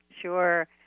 Sure